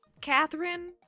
Catherine